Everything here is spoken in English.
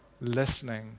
listening